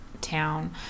town